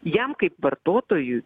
jam kaip vartotojui